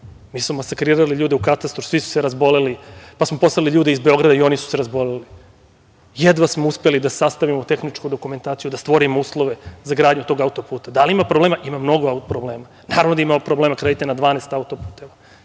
Mi smo masakrirali ljude u katastru, svi su razboleli, pa smo poslali ljude iz Beograda i oni su se razboleli. Jedva smo uspeli da sastavimo tehničku dokumentaciju, da stvorimo uslove za gradnju tog autoputa. Da li ima problema? Ima mnogo problema. Naravno da imamo problema kada radimo na 12 autoputeva